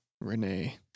renee